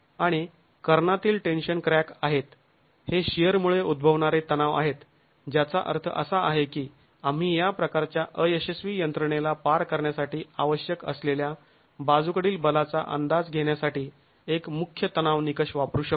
आणि कर्णातील tension crack आहेत हे शिअरमुळे उद्भवणारे तणाव आहेत ज्याचा अर्थ असा आहे की आम्ही या प्रकारच्या अयशस्वी यंत्रणेला पार करण्यासाठी आवश्यक असलेल्या बाजूकडील बलाचा अंदाज घेण्यासाठी एक मुख्य तणाव निकष वापरू शकतो